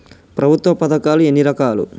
ప్రభుత్వ పథకాలు ఎన్ని రకాలు?